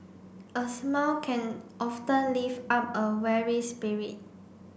a smile can often lift up a weary spirit